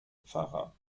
pfarrer